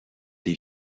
les